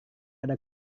ada